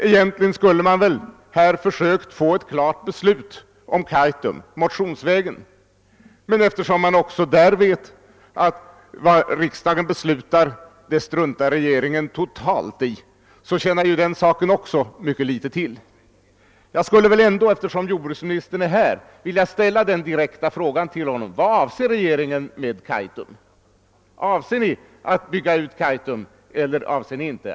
Motionsvägen kunde vi ju ha begärt ett klart beslut om Kaitum, men eftersom jag också i det fallet vet att regeringen totalt struntar i vad riksdagen beslutar tjänar det ju inte mycket till. Eftersom jordbruksministern är närvarande i kammaren nu vill jag ändå ställa den direkta frågan till honom: Vad avser regeringen med Kaitum? Avser ni att bygga ut Kaitum eller inte?